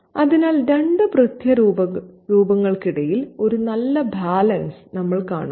അതിനാൽ 2 പിതൃ രൂപങ്ങൾക്കിടയിൽ ഒരു നല്ല ബാലൻസ് നമ്മൾ കാണുന്നു